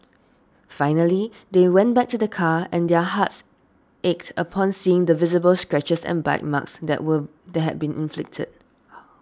finally they went back to their car and their hearts ached upon seeing the visible scratches and bite marks that were that had been inflicted